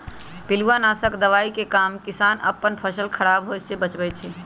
पिलुआ नाशक दवाइ के काम किसान अप्पन फसल ख़राप होय् से बचबै छइ